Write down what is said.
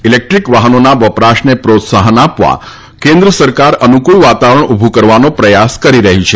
electric વાહનોના વપરાશને પ્રોત્સાહન આપવા માટે કેન્દ્ર સરકાર અનૂક્રળ વાતાવરણ ઉભુ કરવાનો પ્રયાસ કરી રહી છે